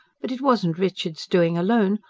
but it wasn't richard's doing alone.